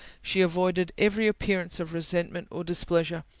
she avoided every appearance of resentment or displeasure,